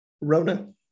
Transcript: Rona